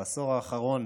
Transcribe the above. בעשור האחרון